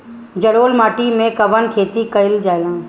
जलोढ़ माटी में कवन खेती करल जाई?